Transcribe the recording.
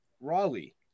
Raleigh